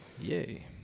Yay